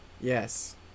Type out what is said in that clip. Yes